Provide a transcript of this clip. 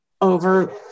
over